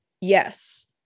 Yes